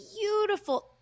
beautiful